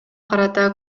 карата